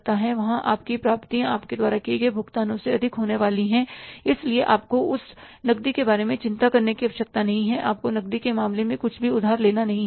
वहां आपकी प्राप्तियां आपके द्वारा किए जा रहे भुगतानों से अधिक होने वाली हैं इसलिए आपको उस नकदी के बारे में चिंता करने की आवश्यकता नहीं है आपको नकदी के मामले में कुछ भी उधार लेना नहीं है